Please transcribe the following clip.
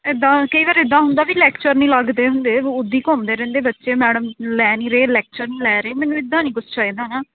ਇੱਦਾਂ ਕਈ ਵਾਰ ਇੱਦਾਂ ਹੁੰਦਾ ਵੀ ਲੈਕਚਰ ਨਹੀਂ ਲੱਗਦੇ ਹੁੰਦੇ ਉਦਾਂ ਹੀ ਘੁੰਮਦੇ ਰਹਿੰਦੇ ਬੱਚੇ ਮੈਡਮ ਲੈ ਨਹੀਂ ਰਹੇ ਲੈਕਚਰ ਨਹੀਂ ਲੈ ਰਹੇ ਮੈਨੂੰ ਇੱਦਾਂ ਨਹੀਂ ਕੁਝ ਚਾਹੀਦਾ ਨਾ